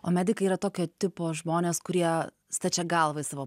o medikai yra tokio tipo žmonės kurie stačia galva į savo